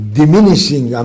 diminishing